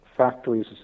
Factories